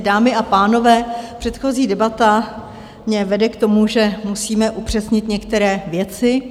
Dámy a pánové, předchozí debata mě vede k tomu, že musíme upřesnit některé věci.